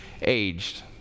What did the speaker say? aged